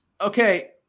okay